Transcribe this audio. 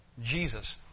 Jesus